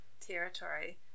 territory